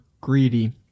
greedy